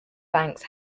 banks